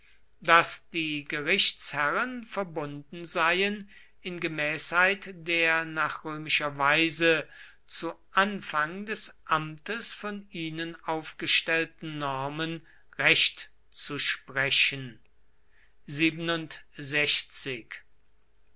daß die gerichtsherren verbunden seien in gemäßheit der nach römischer weise zu anfang des amtes von ihnen aufgestellten normen recht zu sprechen